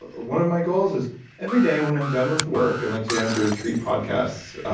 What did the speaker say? one of my goals is every day when i'm done with work and like today i'm doing three podcasts,